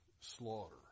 slaughter